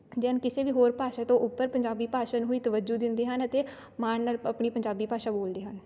ਦੇ ਹਨ ਕਿਸੇ ਵੀ ਹੋਰ ਭਾਸ਼ਾ ਤੋਂ ਉੱਪਰ ਪੰਜਾਬੀ ਭਾਸ਼ਾ ਨੂੰ ਹੀ ਤਵੱਜੋ ਦਿੰਦੇ ਹਨ ਅਤੇ ਮਾਣ ਨਾਲ਼ ਆਪਣੀ ਪੰਜਾਬੀ ਭਾਸ਼ਾ ਬੋਲਦੇ ਹਨ